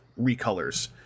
recolors